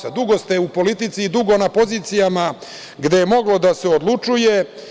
Dakle, dugo ste u politici i dugo na pozicijama gde je moglo da se odlučuje.